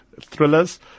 thrillers